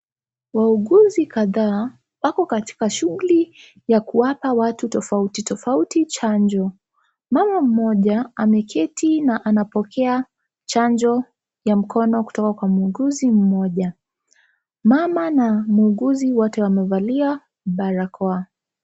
Wauguzi kadhaa wako katika shughuli ya kuwapa watu tofauti tofauti chanjo, mama mmoja ameketi na anapokea chanjo ya mkono kutoka kwa muuguzi mmoja, mama na muuguzi wote wamevalia barakoa.